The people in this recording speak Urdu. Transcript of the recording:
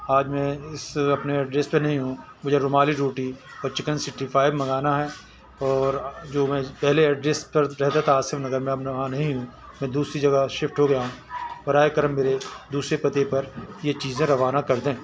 آج میں اس اپنے اس ایڈریس پہ نہیں ہوں مجھے رومالی روٹی اور چکن سکسٹی فائیو منگانا ہے اور جو میں پہلے ایڈریس پر رہتا تھا آصف نگر میں اب میں وہاں نہیں ہوں میں دوسری جگہ شفٹ ہو گیا ہوں برائے کرم میرے دوسرے پتے پر یہ چیزیں روانہ کر دیں